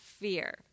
fear